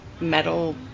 metal